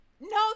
No